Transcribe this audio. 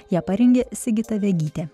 ją parengė sigita vegytė